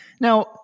now